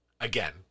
again